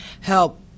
help